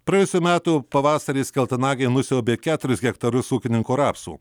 praėjusių metų pavasarį skeltanagiai nusiaubė keturis hektarus ūkininko rapsų